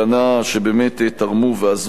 שבאמת תרמו ועזרו רבות.